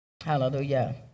Hallelujah